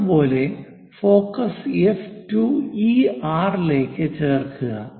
അതുപോലെ focus F 2 ഈ R ലേക്ക് ചേർക്കുക